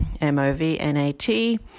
M-O-V-N-A-T